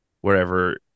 wherever